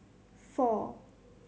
four